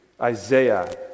Isaiah